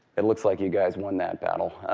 it looks like you guys won that battle.